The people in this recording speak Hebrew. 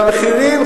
והמחירים,